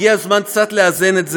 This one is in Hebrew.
הגיע הזמן קצת לאזן את זה.